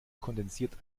kondensiert